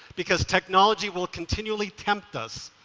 because technology will continually tempt us,